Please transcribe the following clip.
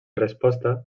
resposta